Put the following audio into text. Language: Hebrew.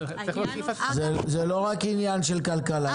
זה לא רק עניין של כלכלה.